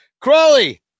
Crawley